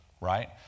Right